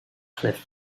cliff